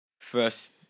first